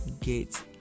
Gates